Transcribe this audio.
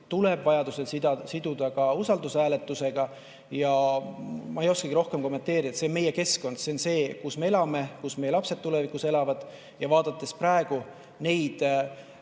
tuleb vajadusel siduda ka usaldushääletusega. Ma ei oskagi rohkem kommenteerida. See on meie keskkond. See on see, kus me elame, kus meie lapsed tulevikus elavad. Vaadates praegu andmeid